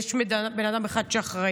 ויש בן אדם אחד שאחראי.